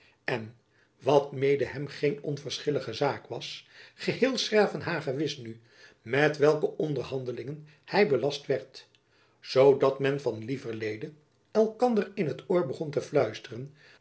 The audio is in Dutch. en wat mede hem geene onverschillige zaak was geheel s gravenhage wist nu met welke onderhandelingen hy belast werd zoodat men van lieverlede elkander in t oor begon te fluisteren